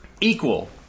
equal